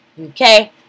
okay